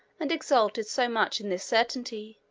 and exulted so much in this certainty,